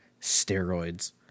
steroids